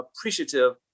appreciative